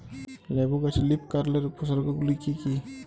লেবু গাছে লীফকার্লের উপসর্গ গুলি কি কী?